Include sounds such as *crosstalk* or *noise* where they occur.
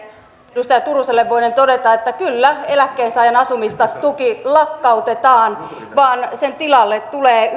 edustaja turuselle voinen todeta että kyllä eläkkeensaajan asumistuki lakkautetaan vaan sen tilalle tulee *unintelligible*